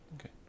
Okay